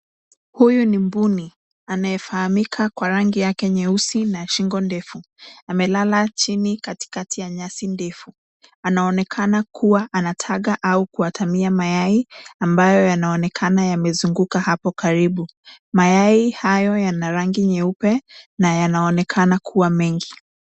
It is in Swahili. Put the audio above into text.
Huyu ni mbuni anayefahamika kwa rangi yake nyeusi na shingo ndefu. Amelala chini katikati ya nyasi ndefu. Anaonekana kuwa anataga au kuatamia mayai ambayo yanaonekana yamezunguka hapo karibu. Mayai hayo yana rangi nyeupe na yanaonekana kuwa mengi.